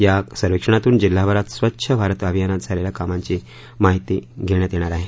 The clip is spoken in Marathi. या सर्वेक्षणातून जिल्हाभरात स्वच्छ भारत अभियानात झालेल्या कामांची माहिती घेण्यात येणार आहे